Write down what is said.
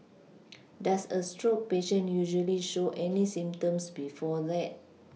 does a stroke patient usually show any symptoms before that